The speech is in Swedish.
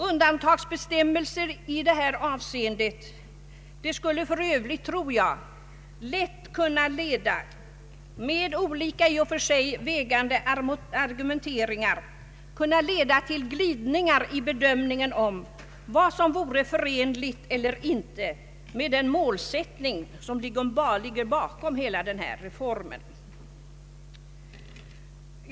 Undantagsbestämmelser i detta avseende skulle för övrigt, tror jag, med olika i och för sig vägande argument lätt kunna leda till glidningar i bedömningarna av vad som vore förenligt med den målsättning som ligger bakom hela denna reform.